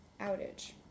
outage